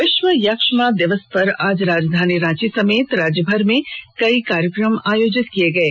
विश्व यक्ष्मा दिवस पर आज राजधानी रांची समेत राज्यभर में कई कार्यकम आयोजित किये गये